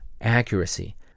accuracy